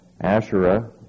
Asherah